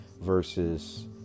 versus